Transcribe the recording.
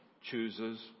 chooses